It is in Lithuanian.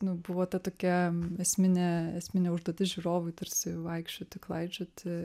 nu buvo ta tokia esminė esminė užduotis žiūrovui tarsi vaikščioti klaidžioti